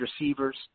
receivers